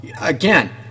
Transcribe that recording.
again